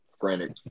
frantic